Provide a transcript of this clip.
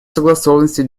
согласованности